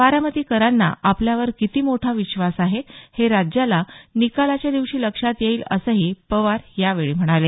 बारामतीकरांना आपल्यावर किती मोठा विश्वास आहे हे राज्याला निकालाच्या दिवशी लक्षात येईल असंही पवार यावेळी म्हणाले